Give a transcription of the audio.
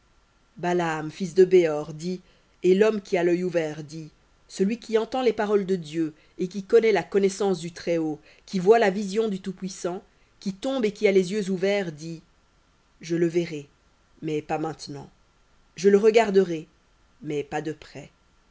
balaam fils de béor dit et l'homme qui a l'œil ouvert dit celui qui entend les paroles de dieu et qui connaît la connaissance du très-haut qui voit la vision du tout-puissant qui tombe et qui a les yeux ouverts dit je le verrai mais pas maintenant je le regarderai mais pas de près